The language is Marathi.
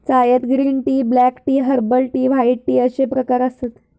चायत green tea, black tea, herbal tea, white tea अश्ये प्रकार आसत